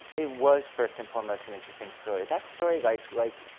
it was first and foremost an interesting story. that story, like like